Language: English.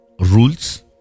rules